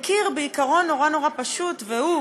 מכיר בעיקרון נורא נורא פשוט, והוא